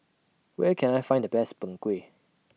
Where Can I Find The Best Png Kueh